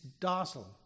docile